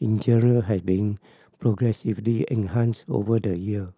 in general had been progressively enhanced over the year